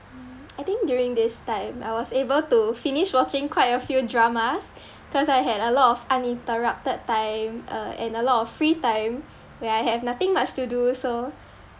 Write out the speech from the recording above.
um I think during this time I was able to finish watching quite a few dramas cause I had a lot of uninterrupted time uh and a lot of free time where I have nothing much to do so